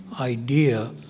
idea